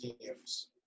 teams